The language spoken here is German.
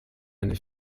eine